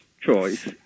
choice